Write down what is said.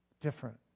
different